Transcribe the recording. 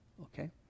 Okay